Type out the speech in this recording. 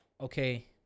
okay